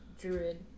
druid